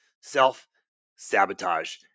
self-sabotage